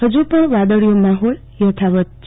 ફજુ પણ વાદળીયો માહોલ યથાવત છે